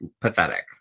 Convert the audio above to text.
pathetic